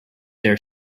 their